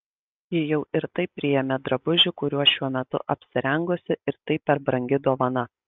ji jau ir taip priėmė drabužį kuriuo šiuo metu apsirengusi ir tai per brangi dovana